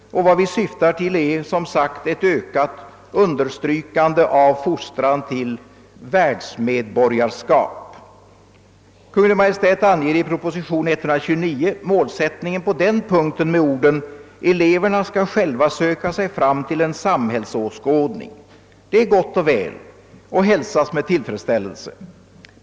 Vad vi syftar till är som sagt ett ökat understrykande av fostran till världsmedborgarskap. Kungl. Maj:t anger i proposition nr 129 målsättningen på den punkten med orden: »Eleverna skall själva söka sig fram till en samhällsåskådning.» Det är gott och väl, och det hälsas med tillfredsställelse.